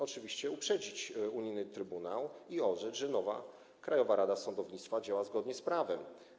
Oczywiście żeby uprzedzić unijny trybunał i orzec, że nowa Krajowa Rada Sądownictwa działa zgodnie z prawem.